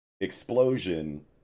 explosion